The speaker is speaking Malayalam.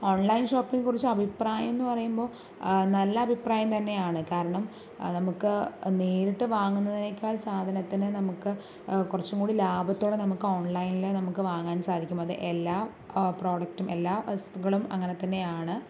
ഓൺലൈൻ ഷോപ്പിങ്ങിനെ കുറിച്ച് അഭിപ്രായം എന്നു പറയുമ്പോൾ ആ നല്ല അഭിപ്രായം തന്നെയാണ് കാരണം നമുക്ക് നേരിട്ട് വാങ്ങുന്നതിനേക്കാൾ സാധനത്തിനെ നമുക്ക് കുറച്ചും കൂടെ ലാഭത്തോടെ നമുക്ക് ഓൺലൈനിൽ നമുക്ക് വാങ്ങാൻ സാധിക്കും അത് എല്ലാ പ്രോഡക്റ്റും എല്ലാ വസ്തുക്കളും അങ്ങനെത്തന്നെയാണ്